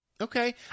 Okay